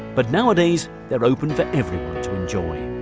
but nowadays they're open for everyone to enjoy.